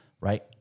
right